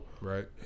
Right